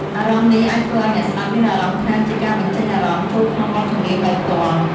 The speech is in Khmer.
អារម្មណ៍នេះអាចធ្វើឲ្យអ្នកស្តាប់មានអារម្មណ៍ថាជាការបញ្ចេញអារម្មណ៍ចូលក្នុងបទចម្រៀងដោយផ្ទាល់។